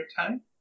time